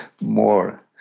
more